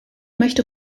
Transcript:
möchte